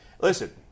Listen